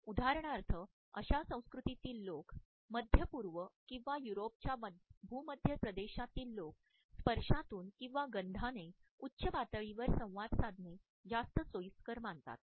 उदाहरणार्थ अशा संस्कृतीतील लोक मध्य पूर्व किंवा युरोपच्या भूमध्य प्रदेशातील लोक स्पर्शातून किंवा गंधाने उच्च पातळीवर संवाद साधणे जास्त सोयीस्कर मानतात